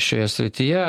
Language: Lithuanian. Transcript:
šioje srityje